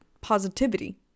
positivity